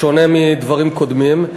בשונה מדברים קודמים?